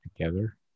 together